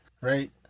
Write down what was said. right